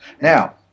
Now